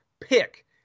pick